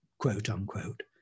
quote-unquote